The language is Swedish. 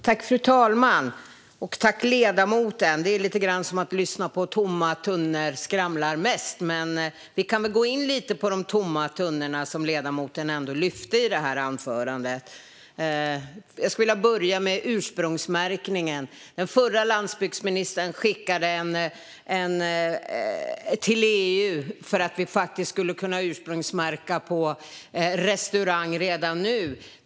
Fru talman! Jag tackar ledamoten. Det är lite av tomma tunnor skramlar mest. Men vi kan väl gå in lite på de tomma tunnorna, som ledamoten lyfte fram i sitt anförande. Jag skulle vilja börja med ursprungsmärkningen. Den förra landsbygdsministern skickade en ansökan till EU så att vi skulle kunna ursprungsmärka på restauranger redan nu.